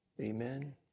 Amen